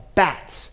bats